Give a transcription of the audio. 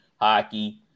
hockey